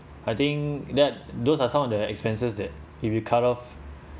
I think that those are some of the expenses that if you cut off